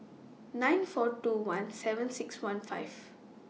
nine four two one seven six one five